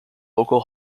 local